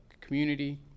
community